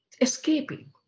escaping